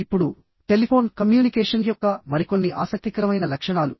ఇప్పుడు telephone communication యొక్క మరికొన్ని ఆసక్తికరమైన లక్షణాలు